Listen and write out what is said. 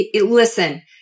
listen